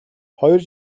хоёр